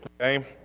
Okay